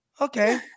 okay